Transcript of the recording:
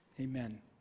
Amen